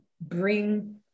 bring